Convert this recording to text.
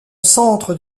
centre